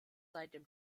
seitdem